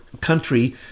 country